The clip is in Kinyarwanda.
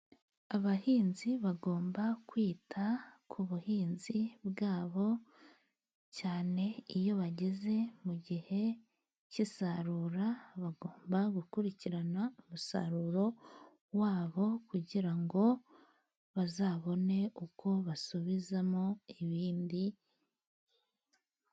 Abahinzi bagomba kwita ku buhinzi bwabo, cyane iyo bageze mu gihe cy'isarura. Bagomba gukurikirana umusaruro wabo kugira ngo bazabone uko basubizamo ibindi.